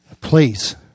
Please